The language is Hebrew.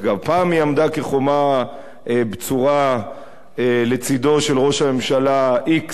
פעם היא עמדה כחומה בצורה לצדו של ראש הממשלה x,